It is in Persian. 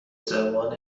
زبان